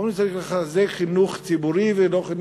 אומרים: צריך לחזק חינוך ציבורי ולא חינוך,